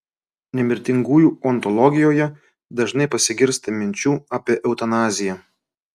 nemirtingųjų ontologijoje dažnai pasigirsta minčių apie eutanaziją